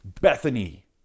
Bethany